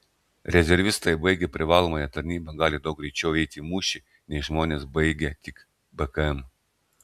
rezervistai baigę privalomąją tarnybą gali daug greičiau eiti į mūšį nei žmonės baigę tik bkm